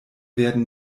werden